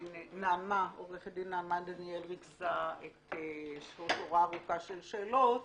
עורכת דין נעמה דניאל ריכזה שורה ארוכה של שאלות,